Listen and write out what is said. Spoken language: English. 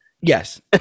yes